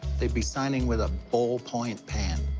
they'd be signing with a ballpoint pen,